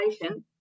patient